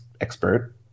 expert